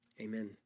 Amen